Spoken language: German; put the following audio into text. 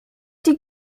die